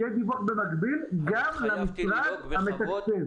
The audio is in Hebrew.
שיהיה דיווח במקביל גם למשרד המתקצב.